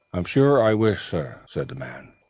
i'm sure i wish, sir, said the man,